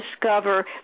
discover